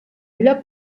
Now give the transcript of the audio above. lloc